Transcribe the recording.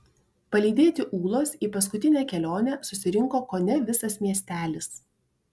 palydėti ūlos į paskutinę kelionę susirinko kone visas miestelis